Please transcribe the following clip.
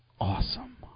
awesome